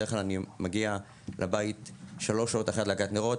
בדרך כלל אני מגיע לבית שלוש שעות אחרי הדלקת נרות,